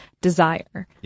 desire